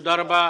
תודה רבה.